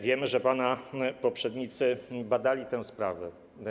Wiemy, że pana poprzednicy badali tę sprawę.